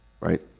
right